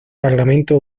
parlamento